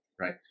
Right